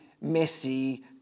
messy